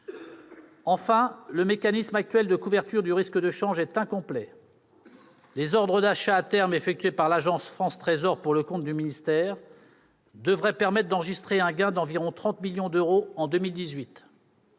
Enfin, le mécanisme actuel de couverture du risque de change est incomplet. Les ordres d'achats à terme effectués par l'Agence France Trésor pour le compte du ministère devraient permettre d'enregistrer un gain d'environ 30 millions d'euros en 2018.